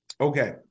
okay